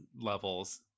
levels